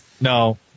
No